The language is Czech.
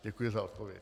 Děkuji za odpověď.